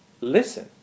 listen